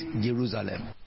Jerusalem